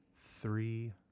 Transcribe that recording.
three